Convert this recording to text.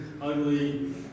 ugly